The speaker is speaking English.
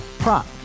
Prop